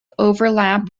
overlap